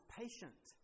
patient